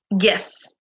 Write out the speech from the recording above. Yes